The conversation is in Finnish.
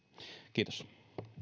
kiitos